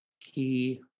key